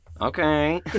Okay